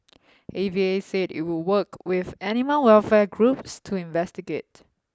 A V A said it would work with animal welfare groups to investigate